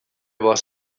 was